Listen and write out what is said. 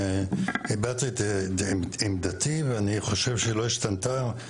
אני הבעתי את עמדתי ואני חושב שהיא לא השתנתה,